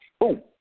Boom